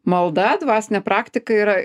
malda dvasinė praktika yra